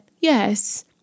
yes